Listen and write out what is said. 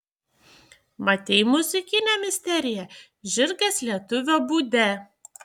matei muzikinę misteriją žirgas lietuvio būde